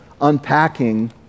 unpacking